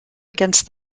against